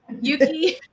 Yuki